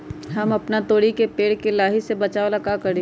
हम अपना तोरी के पेड़ के लाही से बचाव ला का करी?